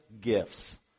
gifts